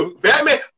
Batman